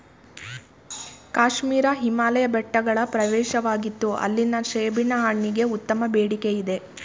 ಕಾಶ್ಮೀರ ಹಿಮಾಲಯ ಬೆಟ್ಟಗಳ ಪ್ರವೇಶವಾಗಿತ್ತು ಅಲ್ಲಿನ ಸೇಬಿನ ಹಣ್ಣಿಗೆ ಉತ್ತಮ ಬೇಡಿಕೆಯಿದೆ